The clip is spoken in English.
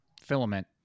filament